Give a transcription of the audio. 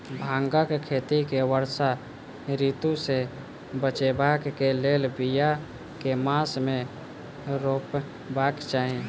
भांगक खेती केँ वर्षा ऋतु सऽ बचेबाक कऽ लेल, बिया केँ मास मे रोपबाक चाहि?